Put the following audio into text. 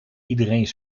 iedereen